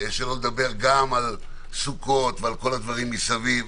שלא לדבר גם על סוכות ועל כל הדברים מסביב.